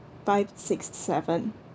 five six seven